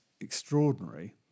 extraordinary